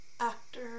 actor